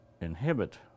inhibit